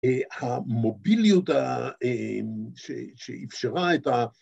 המוביליות שאפשרה את ה...